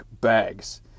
bags